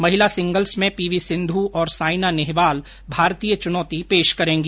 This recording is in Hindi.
महिला सिंगल्स में पी वी सिन्धू और साइना नेहवाल भारतीय चुनौती पेश करेंगी